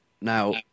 now